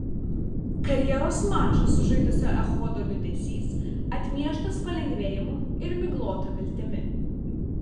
karjeros mačą sužaidusio echodo liūdesys atmieštas palengvėjimu ir miglota viltimi